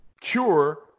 cure